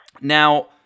now